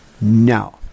No